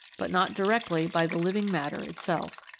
but not directly by the living matter itself.